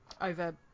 over